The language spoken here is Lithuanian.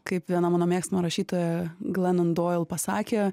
kaip viena mano mėgstama rašytoja glenan doil pasakė